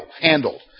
handled